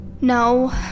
No